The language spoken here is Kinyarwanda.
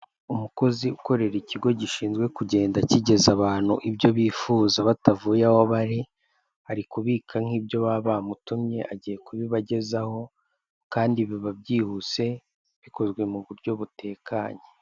Umukozi ukorera ikigo gishinzwe kugenda kigeza abantu ibyo bifuza batavuye aho bari, ari kubika nk'ibyo baba bamutumye, agiye kubibagezaho, kandi biba byihuse, bikozwe mu buryo bitekanye.